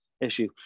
issue